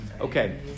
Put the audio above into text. Okay